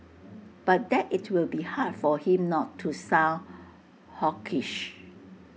but that IT will be hard for him not to sound hawkish